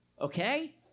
okay